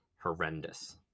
horrendous